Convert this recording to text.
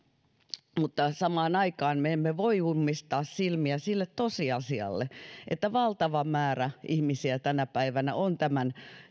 niin samaan aikaan me emme voi ummistaa silmiä siltä tosiasialta että valtava määrä ihmisiä tänä päivänä on tämän